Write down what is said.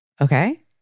okay